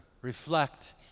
reflect